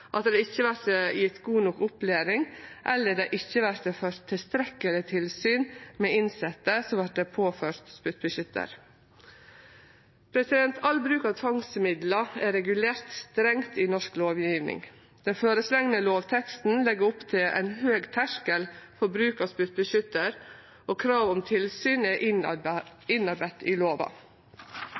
at det ikkje vert gjeve god nok opplæring, eller at det ikkje vert ført tilstrekkeleg tilsyn med innsette som vert påførte spyttbeskyttar. All bruk av tvangsmiddel er regulert strengt i norsk lovgjeving. Den føreslåtte lovteksten legg opp til ein høg terskel for bruk av spyttbeskyttar, og krav om tilsyn er innarbeidde i lova.